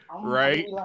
right